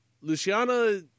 Luciana